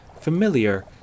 familiar